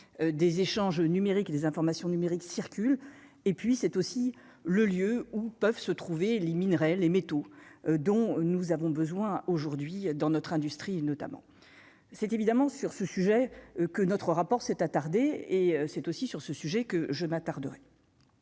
des échanges numériques et des informations numériques circulent et puis c'est aussi le lieu où peuvent se trouver éliminerait les métaux dont nous avons besoin aujourd'hui dans notre industrie et notamment c'est évidemment sur ce sujet que notre rapport s'est attardé et c'est aussi sur ce sujet que je m'attarderai